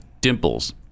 Dimples